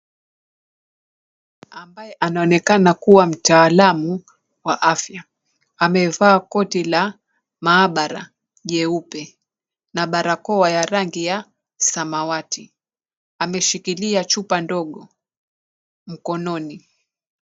Ambaye anaonekana kuwa mtaalamu wa afya, amevaa koti la maabara jeupe na barakoa ya rangi ya samawati. Ameshikilia chupa ndogo mkononi.